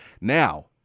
Now